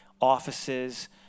offices